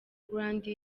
grande